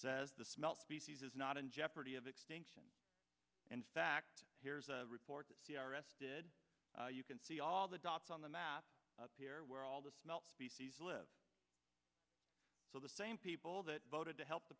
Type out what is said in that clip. says the smelt species is not in jeopardy of extinction in fact here's a report the c r s did you can see all the dots on the map up here where all the smell live so the same people that voted to help the